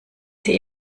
sie